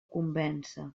convèncer